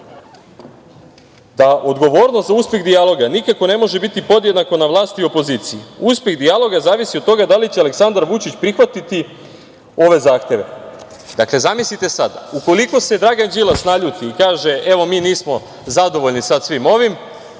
da odgovornost za uspeh dijaloga nikako ne može biti podjednako na vlasti i opoziciji, uspeh dijaloga zavisi od toga da li će Aleksandar Vučić prihvatiti ove zahteve. Dakle, zamislite sada, ukoliko se Dragan Đilas naljuti i kaže - evo, mi nismo zadovoljni sa svim ovim,